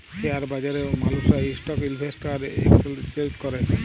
share বাজারে মালুসরা stock ইলভেসেট আর একেসচেলজ ক্যরে